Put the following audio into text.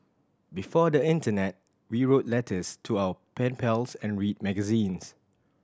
before the internet we wrote letters to our pen pals and read magazines